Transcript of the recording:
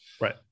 Right